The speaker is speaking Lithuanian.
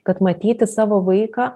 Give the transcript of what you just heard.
kad matyti savo vaiką